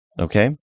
Okay